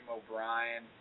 O'Brien